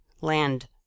land